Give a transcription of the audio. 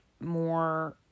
more